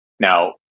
Now